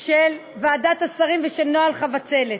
של ועדת השרים ושל נוהל "חבצלת".